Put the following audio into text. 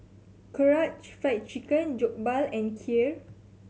Karaage Fried Chicken Jokbal and Kheer